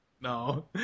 No